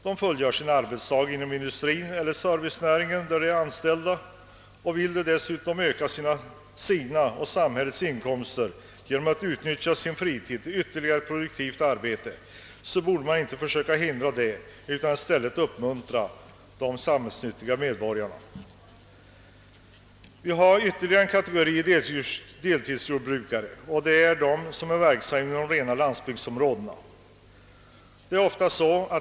De fullgör sin arbetsdag inom den industri eller den servicenäring där de är anställda, och vill de dessutom öka sina och samhällets inkomster genom att utnyttja sin fritid till ytterligare produktivt arbete, borde man inte försöka hindra detta utan i stället uppmuntra dem i egenskap av samhällsnyttiga medborgare. Vi har ytterligare en kategori deltidsjordbrukare, nämligen de som är verksamma inom rena landsbygdsområden.